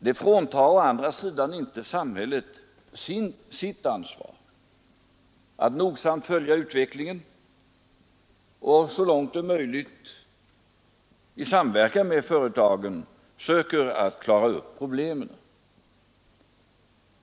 Det fråntar å andra sidan inte samhället dess ansvar att nogsamt följa utvecklingen och så långt möjligt i samverkan med företaget söka lösa problemen.